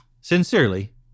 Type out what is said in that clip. Sincerely